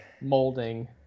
molding